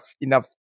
enough